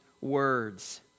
words